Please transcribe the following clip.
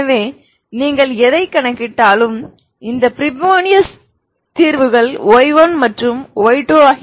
எனவே நீங்கள் எதை கணக்கிட்டாலும் இந்த ஃப்ரீபோனியஸ் தீர்வுகள் y1 மற்றும் y2